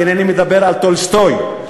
ואינני מדבר על טולסטוי,